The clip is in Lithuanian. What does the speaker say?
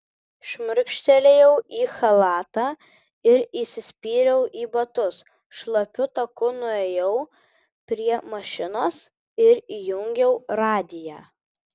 šmurkštelėjau į chalatą ir įsispyriau į batus šlapiu taku nuėjau prie mašinos ir įjungiau radiją